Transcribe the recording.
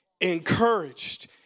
encouraged